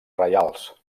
reials